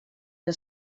que